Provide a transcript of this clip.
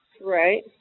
Right